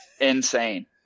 insane